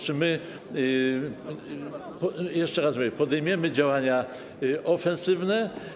Czy my - jeszcze raz to powiem - podejmiemy działania ofensywne?